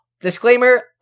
disclaimer